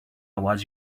was